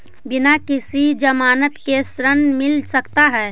बिना किसी के ज़मानत के ऋण मिल सकता है?